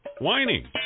whining